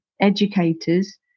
educators